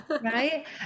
Right